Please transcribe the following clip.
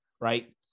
Right